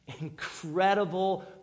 incredible